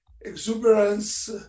exuberance